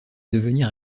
devenir